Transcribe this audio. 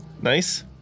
Nice